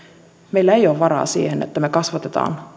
meillä ei ole varaa siihen että me kasvatamme